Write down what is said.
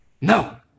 no